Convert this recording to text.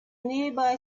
nearby